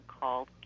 called